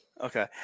Okay